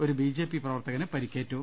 ഒരു B J P പ്രവർത്തകന് പരിക്കേറ്റു